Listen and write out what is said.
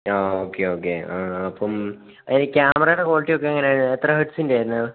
ആ okay okay ആ അപ്പം ഈ ക്യാമറയുടെ ക്വാളിറ്റിയൊക്കെ എങ്ങനെയാണ് എത്ര ഹെർട്സിൻ്റെയാണ് വരുന്നത്